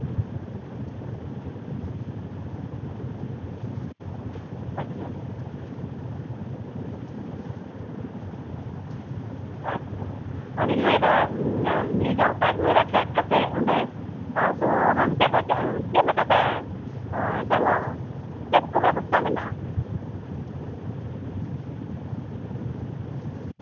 ᱦᱩᱸ ᱟᱫᱚᱧ ᱞᱟᱹᱭᱮᱫᱟ ᱱᱤᱭᱩ ᱡᱚᱞᱯᱟᱭᱜᱩᱲᱤ ᱨᱮ ᱯᱷᱮᱰ ᱠᱟᱛᱮ ᱟᱫᱚ ᱦᱟᱱᱛᱮ ᱫᱚ ᱪᱮᱫ ᱞᱮᱠᱟ ᱵᱮᱵᱚᱥᱛᱟ ᱢᱮᱱᱟᱜᱼᱟ ᱦᱟᱱᱛᱮ ᱫᱚ ᱪᱮᱫ ᱞᱮᱠᱟᱛᱮ ᱪᱟᱜᱞᱟᱣᱟ